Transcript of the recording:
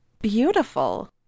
beautiful